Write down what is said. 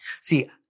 See